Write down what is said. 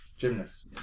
Gymnast